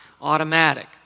automatic